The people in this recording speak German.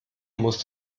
muss